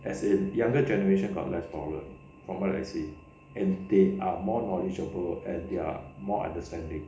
as in younger generation got less problem from what I see and they are more knowledgeable and they're more understanding